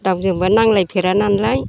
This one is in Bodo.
रावजोंबो नांज्लायफेरा नालाय